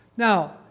Now